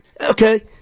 Okay